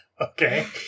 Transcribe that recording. Okay